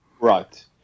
Right